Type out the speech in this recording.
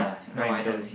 no I don't